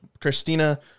christina